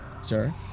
sir